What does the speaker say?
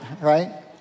right